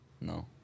No